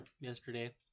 yesterday